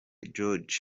george